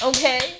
Okay